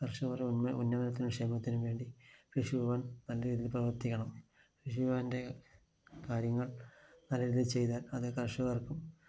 കർഷകരുടെ ഉന്നമനത്തിനും ക്ഷേമത്തിനും വേണ്ടി കൃഷിഭവൻ നല്ല രീതിയിൽ പ്രവർത്തിക്കണം കൃഷിഭവൻ്റെ കാര്യങ്ങൾ നല്ല രീതിയിൽ ചെയ്താൽ അത് കർഷകർക്കും